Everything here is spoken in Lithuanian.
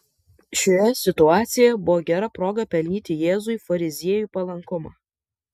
šioje situacijoje buvo gera proga pelnyti jėzui fariziejų palankumą